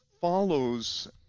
follows